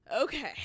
Okay